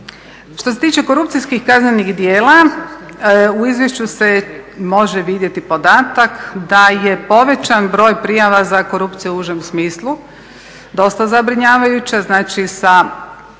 Što se tiče korupcijskih kaznenih djela u izvješću se može vidjeti podataka da je povećan broj prijava za korupciju u užem smislu, dosta zabrinjavajuće, znači sa